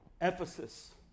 Ephesus